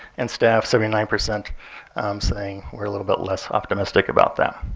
and staff, seventy nine percent saying we're a little bit less optimistic about that.